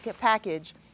package